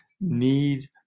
need